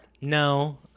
No